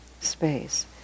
space